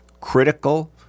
critical